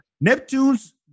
Neptune's